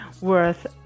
worth